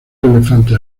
elefante